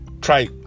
try